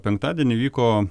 penktadienį įvyko